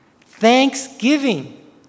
Thanksgiving